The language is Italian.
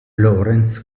lawrence